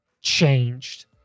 changed